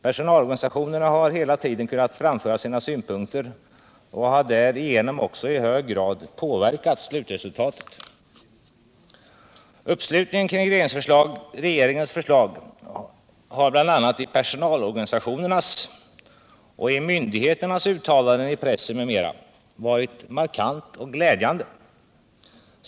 Personalorganisationerna har hela tiden kunnat framföra sina synpunkter och har därigenom också i hög grad påverkat slutresultatet. Uppslutningen kring regeringens förslag har bl.a. i personalorganisationernas och myndigheternas uttalanden i pressen m.m. varit markant och glädjande.